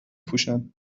پوشن